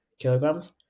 kilograms